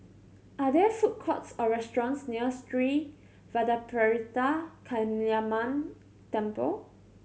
are there food courts or restaurants near Sri Vadapathira Kaliamman Temple